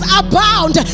abound